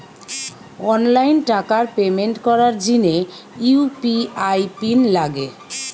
online টাকার payment করার জিনে ইউ.পি.আই পিন লাগে